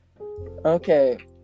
Okay